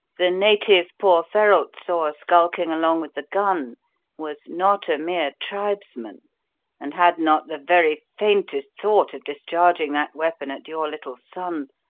the native poor ferralt saw skulking along with the gun was not a mere tribesman and had not the very faintest thought of discharging that weapon at your little son,